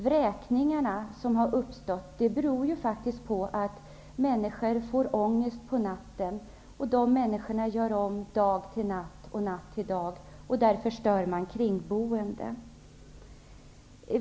Vräkningarna beror ju faktiskt på att människor får ångest på natten. De gör dag till natt och natt till dag, och därför störs kringboende.